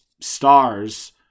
stars